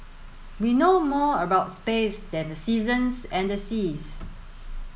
we know more about space than the seasons and the seas